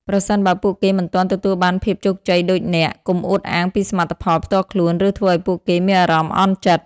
ប្រសិនបើពួកគេមិនទាន់ទទួលបានភាពជោគជ័យដូចអ្នក កុំអួតអាងពីសមិទ្ធផលផ្ទាល់ខ្លួន ឬធ្វើឱ្យពួកគេមានអារម្មណ៍អន់ចិត្ត។